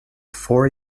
four